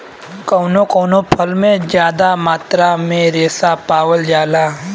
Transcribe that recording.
कउनो कउनो फल में जादा मात्रा में रेसा पावल जाला